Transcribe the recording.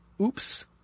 oops